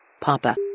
Papa